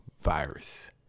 virus